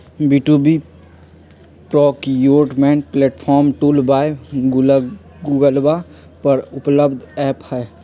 B two B procurement platform tool by गूगलवा पर उपलब्ध ऐप हई